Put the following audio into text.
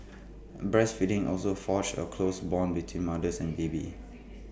breastfeeding also forges A close Bond between mother and baby